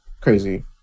crazy